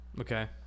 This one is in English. Okay